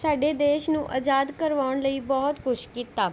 ਸਾਡੇ ਦੇਸ਼ ਨੂੰ ਆਜ਼ਾਦ ਕਰਵਾਉਣ ਲਈ ਬਹੁਤ ਕੁਝ ਕੀਤਾ